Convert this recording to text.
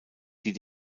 die